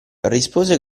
rispose